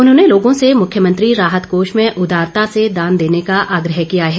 उन्होंने लोगों से मुख्यमंत्री राहत कोष में उदारता से दान देने का आग्रह किया है